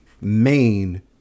main